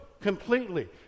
completely